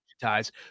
ties